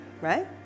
Right